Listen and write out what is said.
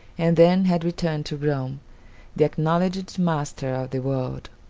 and then had returned to rome the acknowledged master of the world.